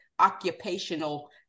occupational